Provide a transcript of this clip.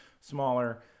smaller